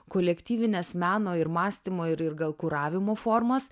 kolektyvines meno ir mąstymo ir ir gal kuravimo formas